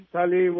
Tali